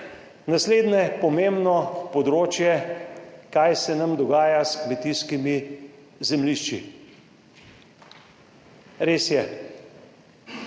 Naslednje pomembno področje, kaj se nam dogaja s kmetijskimi zemljišči? Res je,